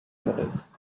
letters